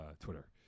Twitter